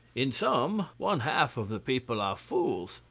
in some one-half of the people are fools,